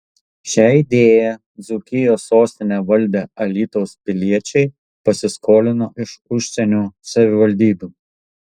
šią idėją dzūkijos sostinę valdę alytaus piliečiai pasiskolino iš užsienio savivaldybių